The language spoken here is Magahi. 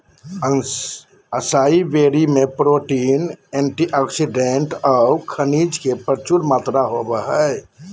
असाई बेरी में प्रोटीन, एंटीऑक्सीडेंट औऊ खनिज के प्रचुर मात्रा होबो हइ